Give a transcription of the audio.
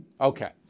okay